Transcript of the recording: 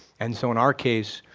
and so in our case,